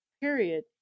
period